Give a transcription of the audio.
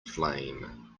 flame